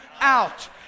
out